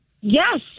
Yes